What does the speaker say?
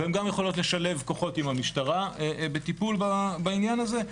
והן גם יכולות לשלב כוחות עם המשטרה לטיפול בעניין הזה.